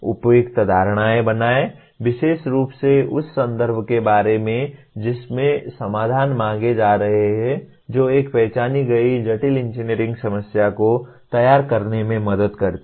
उपयुक्त धारणाएं बनाएं विशेष रूप से उस संदर्भ के बारे में जिसमें समाधान मांगे जा रहे हैं जो एक पहचानी गई जटिल इंजीनियरिंग समस्या को तैयार करने में मदद करते हैं